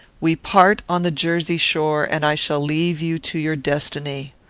we part on the jersey shore, and i shall leave you to your destiny.